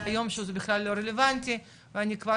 היום שזה בכלל לא רלוונטי ואני כבר